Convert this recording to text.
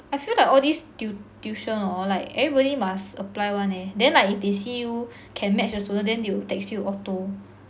I feel like these tui~ tuition hor like everybody must apply one eh then like if they see you can match the student then they will text you auto